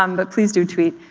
um but please do tweet.